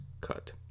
cut